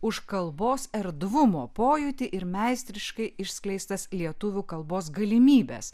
už kalbos erdvumo pojūtį ir meistriškai išskleistas lietuvių kalbos galimybes